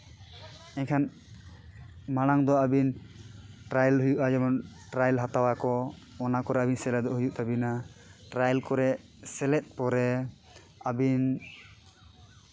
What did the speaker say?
ᱮᱱᱠᱷᱟᱱ ᱢᱟᱲᱟ ᱫᱚ ᱟᱹᱵᱤᱱ ᱴᱨᱟᱭᱮᱞ ᱦᱩᱭᱩᱜᱼᱟ ᱡᱮᱢᱚᱱ ᱴᱨᱟᱭᱮᱞ ᱦᱟᱛᱟᱣ ᱟᱠᱚ ᱚᱱᱟ ᱠᱚᱨᱮᱫ ᱟᱹᱵᱤᱱ ᱥᱮᱞᱮᱫᱚᱜ ᱦᱩᱭᱩᱜ ᱛᱟᱹᱵᱤᱱᱟ ᱴᱨᱟᱭᱮᱞ ᱠᱚᱨᱮ ᱥᱮᱞᱮᱫ ᱯᱚᱨᱮ ᱟᱹᱵᱤᱱ